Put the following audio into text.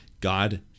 God